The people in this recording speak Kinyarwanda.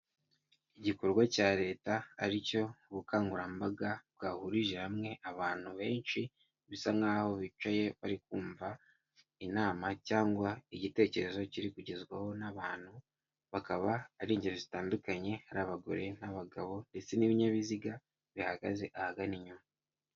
Igikorwa cya leta ari cyo ubukangurambaga bwahurije hamwe abantu benshi, bisa nkaho bicaye bari kumva inama cyangwa igitekerezo kiri kugezwaho n'abantu, bakaba ari ingeri zitandukanye, hari abagore n'abagabo, ndetse n'ibinyabiziga bihagaze ahagana inyuma.